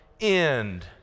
end